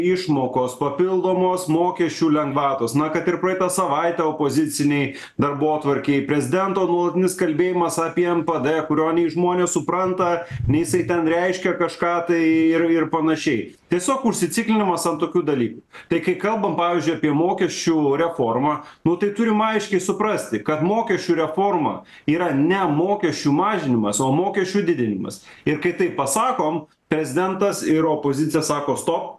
išmokos papildomos mokesčių lengvatos na kad ir praeitą savaitę opozicinėj darbotvarkėj prezidento nuolatinis kalbėjimas apie npd kurio nei žmonės supranta nei jisai ten reiškia kažką tai ir ir panašiai tiesiog užsiciklinimas ant tokių dalykų tai kai kalbam pavyzdžiui apie mokesčių reformą nu tai turim aiškiai suprasti kad mokesčių reforma yra ne mokesčių mažinimas o mokesčių didinimas ir kai taip pasakom prezidentas ir opozicija sako stop